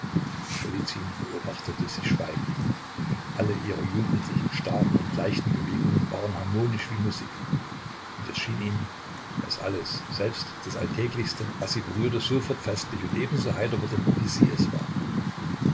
beobachtete sie schweigend alle ihre jugendlichen starken und leichten bewegungen waren harmonisch wie musik und es schien ihm daß alles selbst das alltäglichste was sie berührte sofort festlich und ebenso heiter wurde wie sie es war